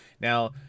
Now